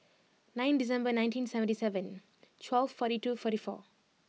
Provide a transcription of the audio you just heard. nine December nineteen seventy seven twelve forty two forty four